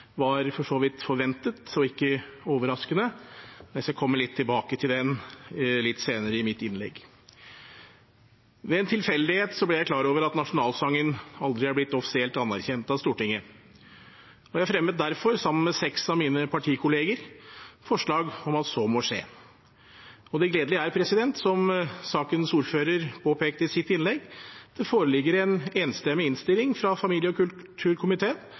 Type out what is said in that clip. var for så vidt forventet og ikke overraskende. Jeg skal komme litt tilbake til den senere i mitt innlegg. Ved en tilfeldighet ble jeg klar over at nasjonalsangen aldri er blitt offisielt anerkjent av Stortinget. Jeg fremmet derfor – sammen med seks av mine partikolleger – forslag om at så må skje. Det gledelige er, som sakens ordfører påpekte i sitt innlegg, at det foreligger en enstemmig innstilling fra familie- og kulturkomiteen